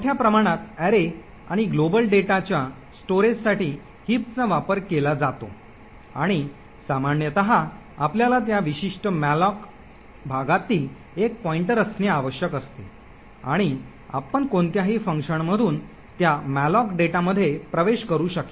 मोठ्या प्रमाणात अॅरे आणि ग्लोबल डेटाच्या स्टोरेजसाठी हिप चा वापर केला जातो आणि सामान्यत आपल्याला त्या विशिष्ट मॅलोक भागातील एक पॉईंटर असणे आवश्यक असते आणि आपण कोणत्याही फंक्शनमधून त्या मॅलोक डेटामध्ये प्रवेश करू शकेल